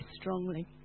strongly